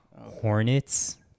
Hornets